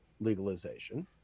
legalization